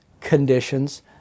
conditions